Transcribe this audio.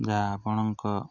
ଯାହା ଆପଣଙ୍କ